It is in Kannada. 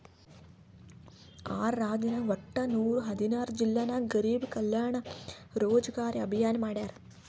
ಆರ್ ರಾಜ್ಯನಾಗ್ ವಟ್ಟ ನೂರಾ ಹದಿನಾರ್ ಜಿಲ್ಲಾ ನಾಗ್ ಗರಿಬ್ ಕಲ್ಯಾಣ ರೋಜಗಾರ್ ಅಭಿಯಾನ್ ಮಾಡ್ಯಾರ್